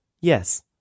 Yes